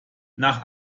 nach